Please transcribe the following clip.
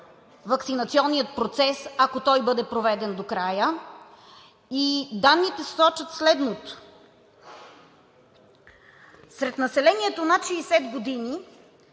ваксинационният процес, ако той бъде проведен до края. И данните сочат следното: сред населението над 60 години,